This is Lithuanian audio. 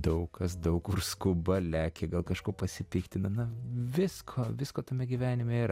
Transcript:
daug kas daug kur skuba lekia gal kažkuo pasipiktina na visko visko tame gyvenime yra